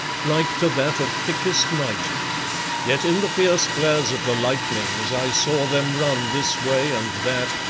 like to that of thickest night yet in the fierce flares of the lightnings i saw them run this way and that,